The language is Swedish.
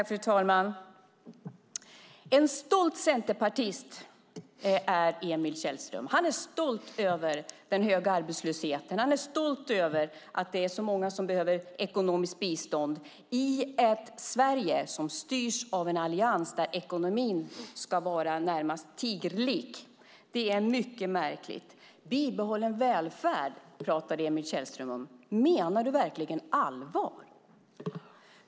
Fru talman! En stolt centerpartist är Emil Källström. Han är stolt över den höga arbetslösheten. Han är stolt över att det är så många som behöver ekonomiskt bistånd i ett Sverige som styrs av en allians där ekonomin ska var närmast tigerlik. Det är mycket märkligt. Bibehållen välfärd, pratade Emil Källström om. Menar du verkligen allvar?